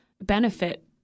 benefit